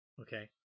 okay